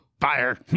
Fire